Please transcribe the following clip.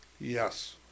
Yes